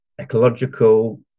ecological